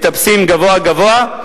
מטפסים גבוה גבוה,